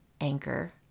anchor